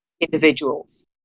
individuals